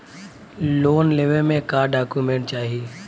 Loan लेवे मे का डॉक्यूमेंट चाही?